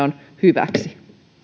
on hyväksi